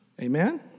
Amen